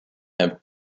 have